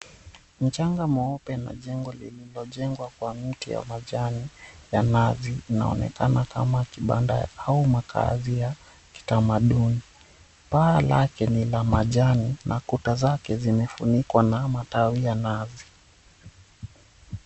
Mchanga mweupe na jengo lililojengwa kwa mti wa majani ya nazi inaonekana kama kibanda ama makazi ya kitamaduni . Paa lake ni la majani na kuta zake zimefunikwa na matawi ya nazi.